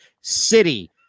city